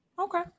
Okay